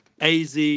AZ